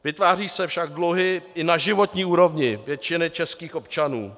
Vytvářejí se však dluhy i na životní úrovni většiny českých občanů.